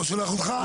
מה הוא שולח אותך?